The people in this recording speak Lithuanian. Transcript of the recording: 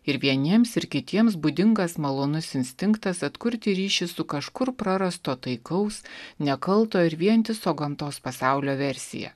ir vieniems ir kitiems būdingas malonus instinktas atkurti ryšį su kažkur prarasto taikaus nekalto ir vientiso gamtos pasaulio versija